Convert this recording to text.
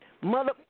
Mother